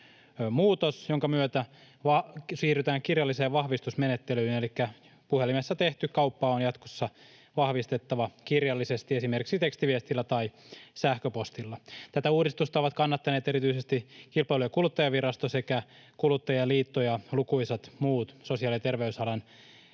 muutos, jonka myötä siirrytään kirjalliseen vahvistusmenettelyyn, elikkä puhelimessa tehty kauppa on jatkossa vahvistettava kirjallisesti, esimerkiksi tekstiviestillä tai sähköpostilla. Tätä uudistusta ovat kannattaneet erityisesti Kilpailu- ja kuluttajavirasto sekä Kuluttajaliitto ja lukuisat sosiaali- ja terveysalan